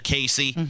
Casey